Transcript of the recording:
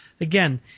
again